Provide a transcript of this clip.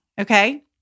Okay